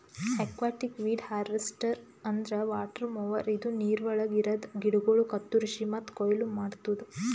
aquatic weed harvester ಅಂದ್ರ water mower ಇದು ನೀರವಳಗ್ ಇರದ ಗಿಡಗೋಳು ಕತ್ತುರಸಿ ಮತ್ತ ಕೊಯ್ಲಿ ಮಾಡ್ತುದ